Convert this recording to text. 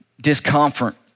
discomfort